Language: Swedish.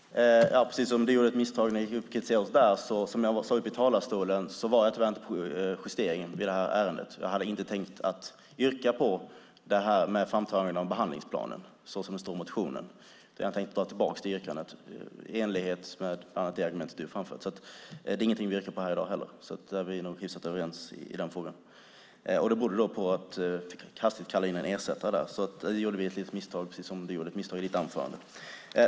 Fru talman! Precis som Johan Pehrson gjorde ett misstag när han kritiserade oss gjorde jag ett misstag när jag tyvärr inte var närvarande vid justeringen av det här ärendet. Jag hade inte tänkt yrka bifall till detta med ett framtagande av en behandlingsplan såsom det står i motionen. Jag tänkte ta tillbaka det yrkandet i enlighet med bland annat det argument som Johan Pehrson framfört. Det är ingenting vi yrkar bifall till här i dag heller. Vi är nog hyfsat överens i den frågan. Det berodde på att vi hastigt fick kalla in en ersättare där. Där gjorde vi ett litet misstag, precis som Johan Pehrson gjorde ett misstag i sitt anförande.